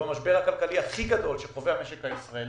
שבמשבר הכלכלי הכי גדול שחווה המשק הישראלי,